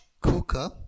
Cooker